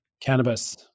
cannabis